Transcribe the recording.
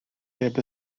heb